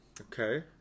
Okay